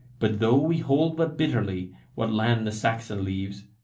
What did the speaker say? but though we hold but bitterly what land the saxon leaves,